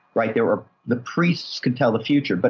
right. there were, the priests could tell the future, but